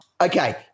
Okay